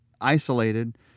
isolated